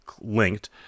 linked